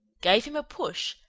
gave him a push,